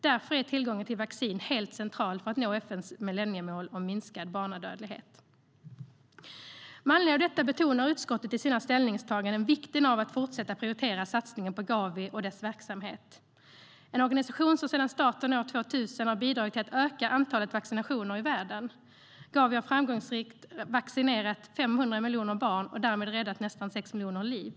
Därför är tillgången till vaccin helt central för att nå FN:s millenniemål om minskad barnadödlighet, och med anledning av detta betonar utskottet i sina ställningstaganden vikten av att fortsätta att prioritera satsningen på Gavi och dess verksamhet. Det är en organisation som sedan starten år 2000 har bidragit till att öka antalet vaccinationer i världen. Gavi har framgångsrikt vaccinerat 500 miljoner barn och därmed räddat nästan sex miljoner liv.